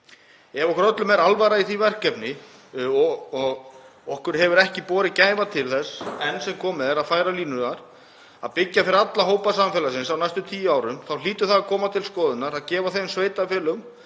Ef okkur öllum er alvara í því verkefni, og við höfum ekki borið gæfu til þess enn sem komið er að færa línurnar, að byggja fyrir alla hópa samfélagsins á næstu tíu árum þá hlýtur það að koma til skoðunar að gefa þeim sveitarfélögum